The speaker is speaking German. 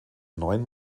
neun